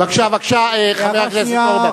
בבקשה, בבקשה, חבר הכנסת אורבך.